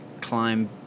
climb